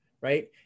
Right